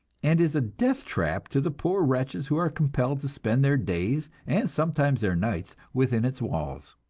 and is a death-trap to the poor wretches who are compelled to spend their days, and sometimes their nights, within its walls.